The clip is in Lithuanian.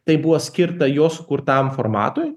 tai buvo skirta jo sukurtam formatui